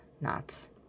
knots